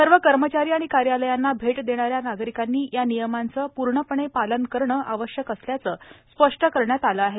सर्व कर्मचारी आणि कार्यालयांना भेट देणाऱ्या नागरिकांनी या नियमांचे पूर्णपणे पालन करणे आवश्यक असल्याचे स्पष्ट करण्यात आले आहे